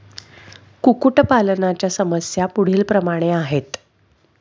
कुक्कुटपालनाच्या समस्या पुढीलप्रमाणे आहेत